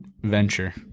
venture